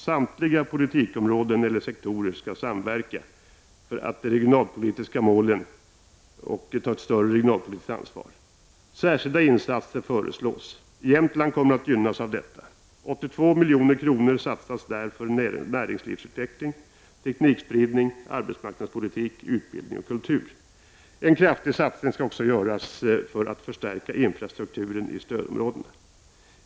Samtliga politikområden eller sektorer skall samverka för de regionalpolitiska målen och ta ett större regionalpolitiskt ansvar. Särskilda insatser föreslås. Jämtland kommer att gynnas av detta. 82 milj.kr. satsas där för näringslivsutveckling, teknikspridning, arbetsmarknadspolitik, utbildning och kultur. En kraftig satsning skall också göras för att förstärka infrastrukturen i stödområdena.